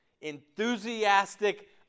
enthusiastic